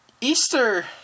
Easter